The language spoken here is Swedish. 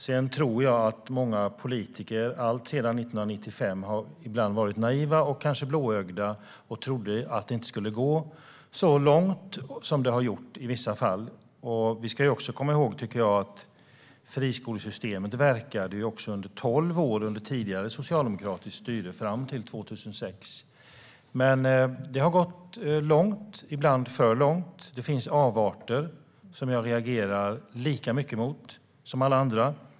Sedan tror jag att många politiker alltsedan 1995 ibland har varit naiva och blåögda. De har inte trott att det skulle gå så långt som det i vissa fall har gjort. Vi ska också komma ihåg att friskolesystemet verkade i tolv år under tidigare socialdemokratiskt styre, fram till 2006. Det har dock gått långt och ibland för långt. Det finns avarter som jag reagerar lika mycket mot som alla andra.